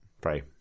pray